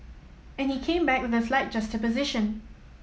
and he came back with a slight juxtaposition